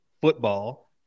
football